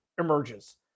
emerges